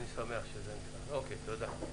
אני שמח שזה שונה, תודה.